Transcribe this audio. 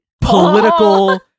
political